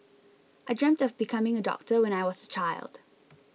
I dreamt of becoming a doctor when I was a child